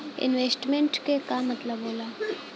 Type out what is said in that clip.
Investment क का मतलब हो ला?